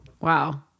wow